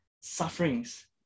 sufferings